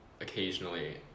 occasionally